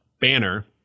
Banner